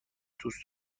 دوست